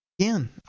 Again